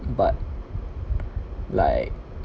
but like